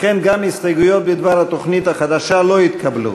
לכן גם ההסתייגות בדבר התוכנית החדשה לא התקבלה.